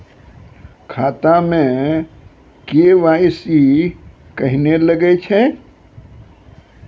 खाता मे के.वाई.सी कहिने लगय छै?